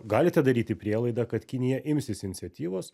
galite daryti prielaidą kad kinija imsis iniciatyvos